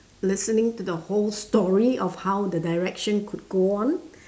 listening to the whole story of how the direction could go on